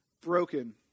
broken